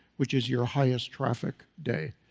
which is your highest traffic day.